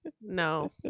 No